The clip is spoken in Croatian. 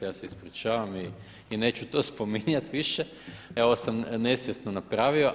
Ja se ispričavam i neću to spominjati više, ovo sam nesvjesno napravio.